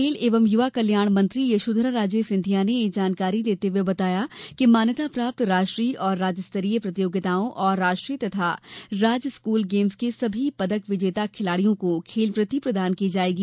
खेल एवं युवा कल्याण मंत्री यशोधरा राजे सिंधिया ने यह जानकारी देते हुए बताया कि मान्यता प्राप्त राष्ट्रीय और राज्य स्तरीय प्रतियोगिताओं और राष्ट्रीय तथा राज्य स्कूल गेम्स के सभी पदक विजेता खिलाड़ियों को खेलवृत्ति प्रदान की जायेगी